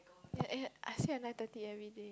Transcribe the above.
yeah I sleep at nine thirty everyday